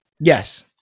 Yes